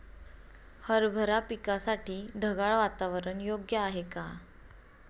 हरभरा पिकासाठी ढगाळ वातावरण योग्य आहे का?